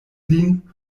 lin